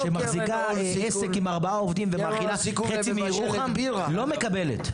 שמחזיקה עסק עם ארבעה עובדים ומאכילה חצי מירוחם לא מקבלת.